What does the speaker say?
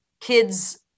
kids